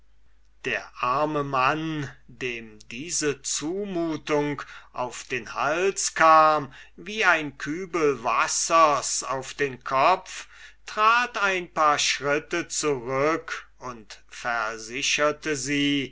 der arme mann dem diese zumutung auf den hals kam wie ein kübel wassers übern kopf trat ein paar schritte zurück und versicherte sie